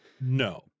No